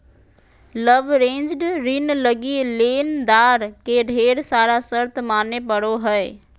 leveraged ऋण लगी लेनदार के ढेर सारा शर्त माने पड़ो हय